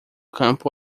campo